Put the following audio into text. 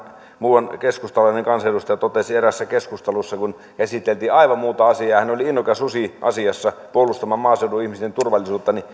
muuan keskustalainen kansanedustaja eräässä keskustelussa kun esiteltiin aivan muuta asiaa hän oli innokas susiasiassa ryhtyi puolustamaan maaseudun ihmisten turvallisuutta